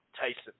Tyson